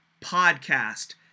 podcast